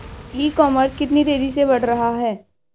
ई commerce कितनी तेजी से बढ़ रहा है?